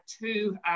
two